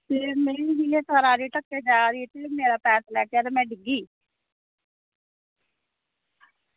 में ढक्किया जा दी ही ते मेरा पैर तलैहटेआ ते में ड़िग्गी